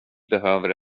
behöver